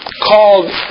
called